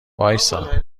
وایستا